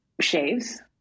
shaves